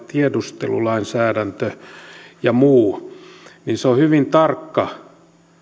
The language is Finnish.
tiedustelulainsäädäntö ja muut että se on hyvin tarkka